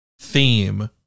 theme